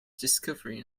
discovery